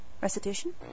Recitation